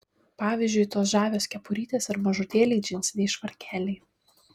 pavyzdžiui tos žavios kepurytės ir mažutėliai džinsiniai švarkeliai